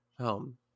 home